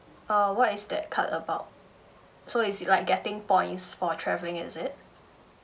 uh what is that card about so it's like getting points for traveling is it